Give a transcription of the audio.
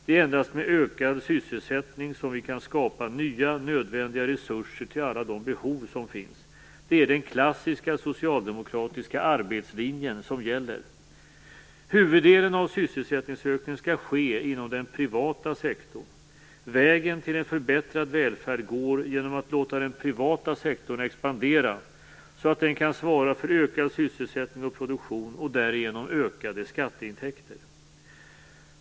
Det är endast med ökad sysselsättning som vi kan skapa nya nödvändiga resurser till alla de behov som finns. Det är den klassiska socialdemokratiska arbetslinjen som gäller. Huvuddelen av sysselsättningsökningen skall ske inom den privata sektorn. Vägen till en förbättrad välfärd går genom att låta den privata sektorn expandera, så att den kan svara för ökad sysselsättning och produktion och därigenom ökade skatteintäkter.